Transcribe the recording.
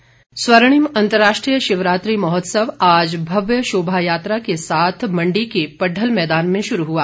अंतर्राष्ट्रीय शिवरात्रि स्वर्णिम अंतर्राष्ट्रीय शिवरात्रि महोत्सव आज भव्य शोभा यात्रा के साथ मण्डी के पड्डल मैदान में शुरू हुआ